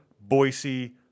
Boise